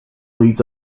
leads